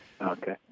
Okay